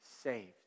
saved